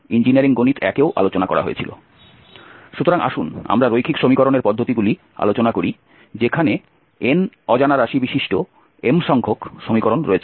সুতরাং আসুন আমরা রৈখিক সমীকরণের পদ্ধতিগুলি আলোচনা করি যেখানে n অজানা রাশি বিশিষ্ট m সংখ্যক সমীকরণ রয়েছে